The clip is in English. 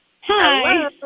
hi